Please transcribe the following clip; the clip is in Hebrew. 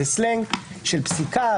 זה סלנג של פסיקה,